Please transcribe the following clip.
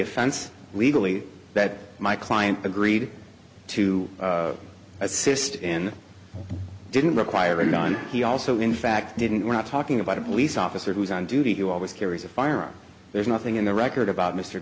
offense legally that my client agreed to assist in didn't require a gun he also in fact didn't we're not talking about a police officer who's on duty who always carries a firearm there's nothing in the record about m